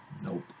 nope